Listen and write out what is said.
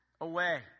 away